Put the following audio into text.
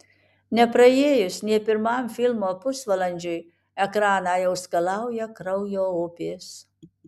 nepraėjus nė pirmam filmo pusvalandžiui ekraną jau skalauja kraujo upės